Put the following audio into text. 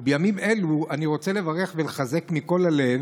בימים אלו אני רוצה לברך ולחזק מכל הלב